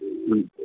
ഉം